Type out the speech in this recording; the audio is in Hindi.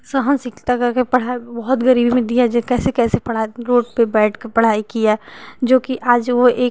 साहसिकता करके पढ़ाई बहुत गरीबी में दिया जे कैसे कैसे पढ़ा रोड पर बैठ कर पढ़ाई किया जो कि आज वो एक